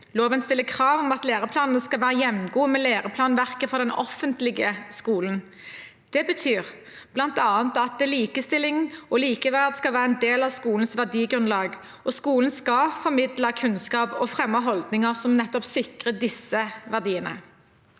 Loven stiller krav om at læreplanene skal være jevngode med læreplanverket for den offentlige skolen. Det betyr bl.a. at likestilling og likeverd skal være en del av skolens verdigrunnlag, og skolen skal formidle kunnskap og fremme holdninger som nettopp sikrer disse verdiene.